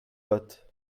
botte